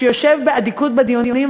שיושב באדיקות בדיונים,